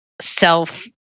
self